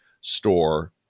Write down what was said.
store